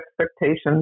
expectations